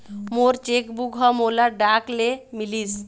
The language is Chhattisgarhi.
मोर चेक बुक ह मोला डाक ले मिलिस